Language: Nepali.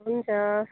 हुन्छ